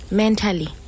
mentally